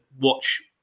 watch